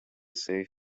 save